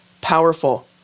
powerful